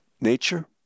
nature